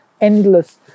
endless